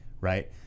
right